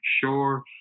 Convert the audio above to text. sure